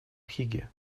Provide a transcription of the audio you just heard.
хигги